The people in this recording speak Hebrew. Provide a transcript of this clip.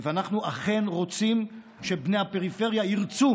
ואנחנו אכן רוצים שבני הפריפריה ירצו